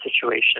situation